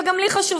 וגם לי חשוב,